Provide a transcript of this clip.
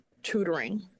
tutoring